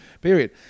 period